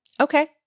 Okay